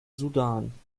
sudan